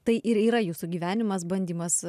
tai ir yra jūsų gyvenimas bandymas